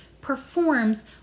performs